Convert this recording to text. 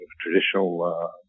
traditional